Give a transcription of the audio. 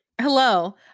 Hello